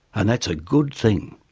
and that's a good thing.